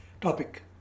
topic